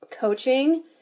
coaching